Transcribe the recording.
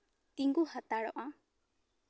ᱛᱤᱜᱩ ᱦᱟᱛᱟᱲᱚᱜᱼᱟ